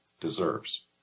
deserves